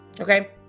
Okay